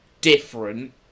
different